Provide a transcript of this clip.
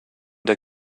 der